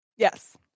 yes